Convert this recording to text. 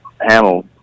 Hamill